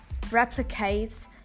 replicates